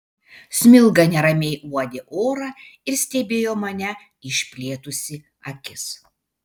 smilga neramiai uodė orą ir stebėjo mane išplėtusi akis